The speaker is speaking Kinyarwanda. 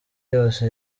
yose